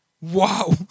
Wow